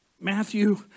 Matthew